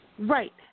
Right